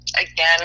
again